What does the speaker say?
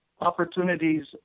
opportunities